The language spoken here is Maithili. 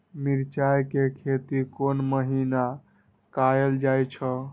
मिरचाय के खेती कोन महीना कायल जाय छै?